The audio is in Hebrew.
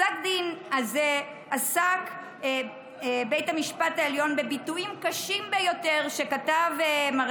בפסק הדין הזה עסק בית המשפט העליון בביטויים קשים ביותר שכתב מר